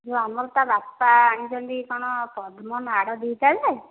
ଆମର ତା ବାପା ଆଣିଛନ୍ତି କ'ଣ ପଦ୍ମନାଡ଼ ଦୁଇଟା ଯେ